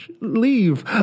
leave